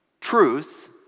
truth